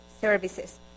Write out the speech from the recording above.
services